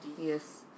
Yes